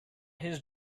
his